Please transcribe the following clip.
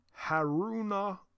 Haruna